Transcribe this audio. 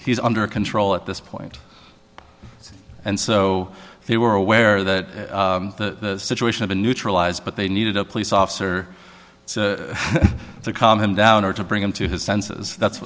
he's under control at this point and so they were aware that the situation of a neutralized but they needed a police officer to calm him down or to bring him to his senses that's